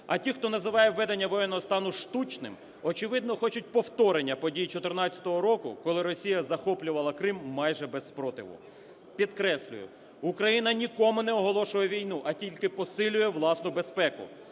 А ті, хто називає введення воєнного стану штучним, очевидно хочуть повторення подій 2014 року, коли Росія захоплювала Крим майже без спротиву. Підкреслюю, Україна нікому не оголошує війну, а тільки посилює власну безпеку.